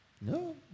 No